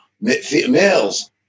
males